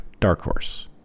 darkhorse